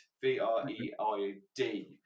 V-R-E-I-D